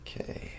Okay